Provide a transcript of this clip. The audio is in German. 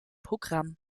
programm